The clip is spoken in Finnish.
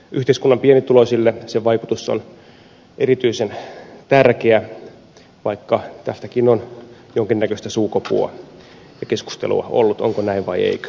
yhteiskunnan pienituloisille sen vaikutus on erityisen tärkeä vaikka tästäkin on jonkinnäköistä suukopua ja keskustelua ollut onko näin vai eikö